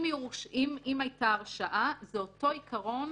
אם הייתה הרשעה, זה אותו עיקרון